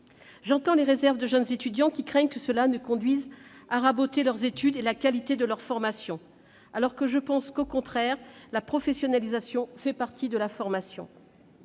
J'entends les réserves de jeunes étudiants, qui craignent que cela ne conduise à raboter leurs études et la qualité de leur formation, mais je pense, au contraire, que la professionnalisation fait partie de leur formation.